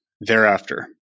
thereafter